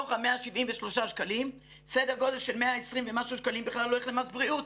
מתוך ה-173 שקלים סדר גודל של 120 ומשהו שקלים בכלל הולך למס בריאות.